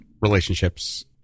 relationships